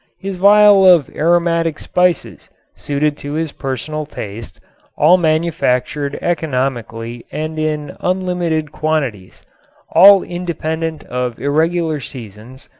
his vial of aromatic spices suited to his personal taste all manufactured economically and in unlimited quantities all independent of irregular seasons,